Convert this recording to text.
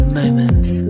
moments